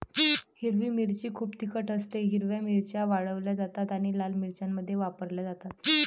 हिरवी मिरची खूप तिखट असतेः हिरव्या मिरच्या वाळवल्या जातात आणि लाल मिरच्यांमध्ये वापरल्या जातात